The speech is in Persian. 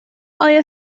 آیا